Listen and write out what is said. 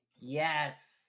Yes